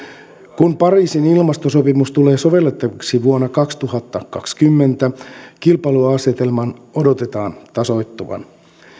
kun pariisin ilmastosopimus tulee sovellettavaksi vuonna kaksituhattakaksikymmentä kilpailuasetelman odotetaan tasoittuvan